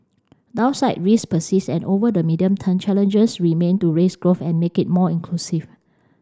downside risks persist and over the medium term challenges remain to raise growth and make it more inclusive